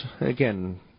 Again